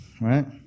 right